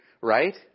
right